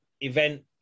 event